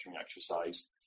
exercise